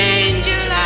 angel